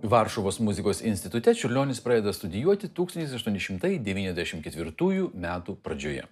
varšuvos muzikos institute čiurlionis pradeda studijuoti tūkstantis aštuoni šimtai devyniasdešimt ketvirtųjų metų pradžioje